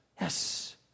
Yes